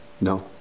No